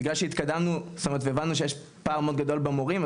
בגלל שהבנו שיש פער מאוד גדול במורים,